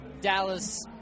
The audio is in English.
Dallas